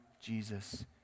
Jesus